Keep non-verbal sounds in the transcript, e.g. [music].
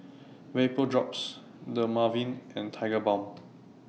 Vapodrops Dermaveen and Tigerbalm [noise]